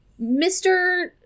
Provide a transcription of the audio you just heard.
Mr